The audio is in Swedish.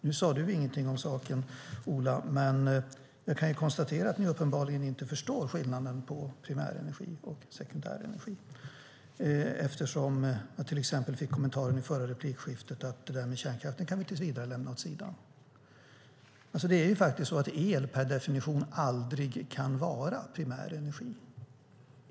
Nu sade du ingenting om saken, Ola, men jag kan konstatera att ni uppenbarligen inte förstår skillnaden mellan primär energi och sekundär energi, eftersom jag till exempel fick kommentaren i förra replikskiftet att kärnkraften kan vi tills vidare lämna åt sidan. Det är faktiskt så att el per definition aldrig kan vara primär energi.